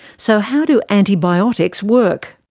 so how do antibiotics work?